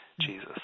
Jesus